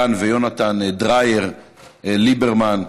דן ויהונתן דרייר ליברמן.